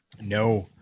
No